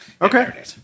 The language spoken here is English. Okay